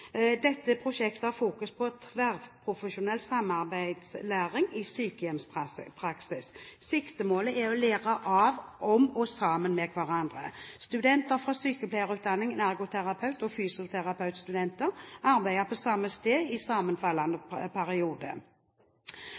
Dette prosjektet har fokus på tverrprofesjonell samarbeidslæring i sykehjemspraksis. Siktemålet er å lære av, om og sammen med hverandre. Studenter fra sykepleierutdanningen, ergoterapeut- og fysioterapeutstudenter arbeider på samme sted i sammenfallende periode.